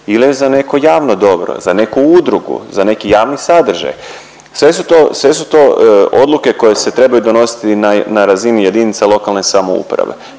ili je za neko javno dobro, za neku udrugu, za neki javni sadržaj. Sve su to, sve su to odluke koje se trebaju donositi na razini JLS. Ja čak mislim